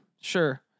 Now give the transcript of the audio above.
sure